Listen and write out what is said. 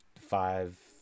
five